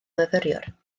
myfyriwr